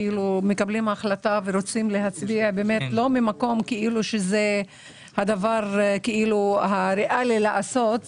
כולנו מקבלים החלטה ורוצים להצביע לא ממקום שזה הדבר הריאלי לעשות,